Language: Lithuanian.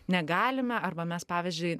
negalime arba mes pavyzdžiui